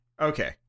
Okay